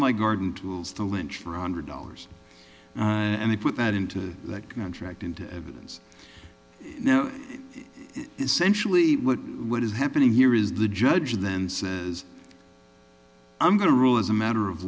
my garden tools to lynch for one hundred dollars and they put that into that contract into evidence now essentially what is happening here is the judge then says i'm going to rule as a matter of